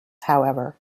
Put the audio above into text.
however